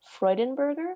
Freudenberger